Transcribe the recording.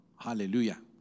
Hallelujah